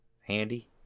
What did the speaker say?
handy